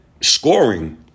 scoring